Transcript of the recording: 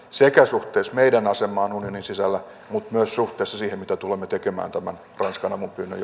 sekä suhteessa meidän asemaamme unionin sisällä että myös suhteessa siihen mitä tulemme tekemään tämän ranskan avunpyynnön